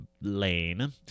Lane